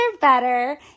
better